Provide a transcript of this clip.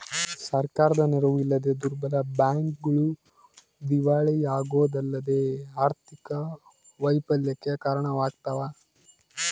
ಸರ್ಕಾರದ ನೆರವು ಇಲ್ಲದ ದುರ್ಬಲ ಬ್ಯಾಂಕ್ಗಳು ದಿವಾಳಿಯಾಗೋದಲ್ಲದೆ ಆರ್ಥಿಕ ವೈಫಲ್ಯಕ್ಕೆ ಕಾರಣವಾಗ್ತವ